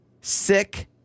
sick